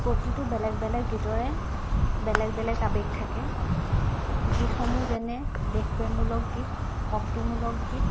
প্ৰতিটো বেলেগ বেলেগ গীতৰে বেলেগ বেলেগ আৱেগ থাকে গীতসমূহ যেনে দেশপ্ৰেমমূলক গীত ভক্তিমূলক গীত